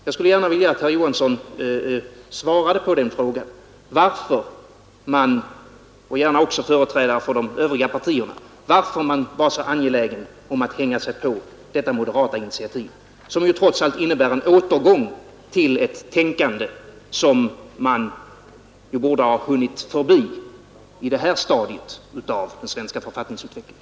Jag skulle alltså vilja att herr Johansson — och gärna också företrädare för de övriga partierna — svarade på frågan varför man var så angelägen om att hänga sig på detta moderata initiativ, som ju trots allt innebär en återgång till ett tänkande som man borde ha hunnit förbi på det här stadiet i den svenska författningsutvecklingen.